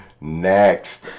Next